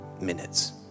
minutes